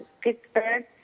Pittsburgh